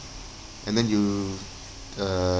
and then you uh